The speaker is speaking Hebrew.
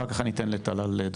אחר כך אני אתן לטלל דולב.